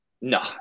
No